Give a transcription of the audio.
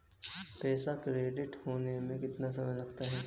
पैसा क्रेडिट होने में कितना समय लगता है?